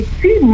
see